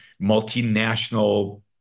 multinational